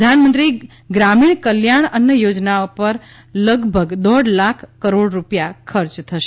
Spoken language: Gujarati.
પ્રધાનમંત્રી ગ્રામીણ કલ્યાણ અન્ન યોજના પર લગભગ દોઢ લાખ કરોડ રૂપિયા ખર્ચ થશે